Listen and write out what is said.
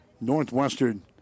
Northwestern